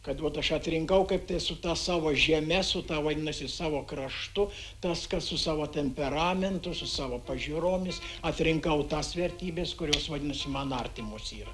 kad vat aš atrinkau kaip tai su ta savo žeme su ta vadinasi savo kraštu tas kas su savo temperamentu su savo pažiūromis atrinkau tas vertybes kurios vadinasi man artimos yra